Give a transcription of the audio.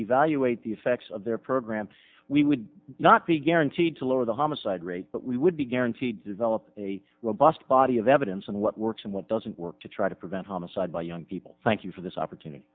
evaluate the effects of their program we would not be guaranteed to lower the homicide rate but we would be guaranteed to develop a robust body of evidence on what works and what doesn't work to try to prevent homicide by young people thank you for this opportunity